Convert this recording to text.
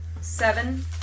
Seven